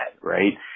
right